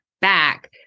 back